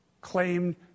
claimed